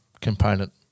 component